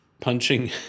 punching